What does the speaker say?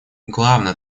главная